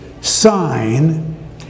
sign